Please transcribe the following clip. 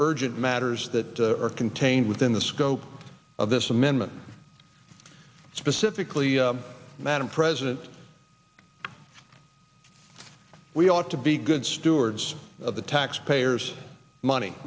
urgent matters that are contained within the scope of this amendment specifically madam president we ought to be good stewards of the taxpayers money